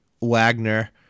Wagner